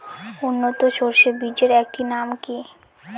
উন্নত সরষে বীজের একটি নাম কি?